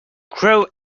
grow